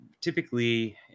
typically